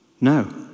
No